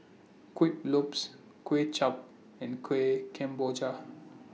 Kuih Lopes Kway Chap and Kueh Kemboja